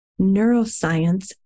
Neuroscience